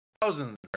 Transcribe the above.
thousands